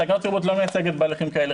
הסנגוריה הציבורית לא מייצגת בהליכים כאלה,